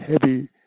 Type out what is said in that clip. heavy